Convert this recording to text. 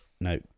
no